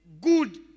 good